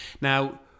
now